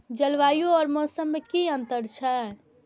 जलवायु और मौसम में कि अंतर छै?